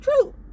true